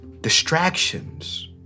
Distractions